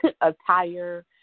attire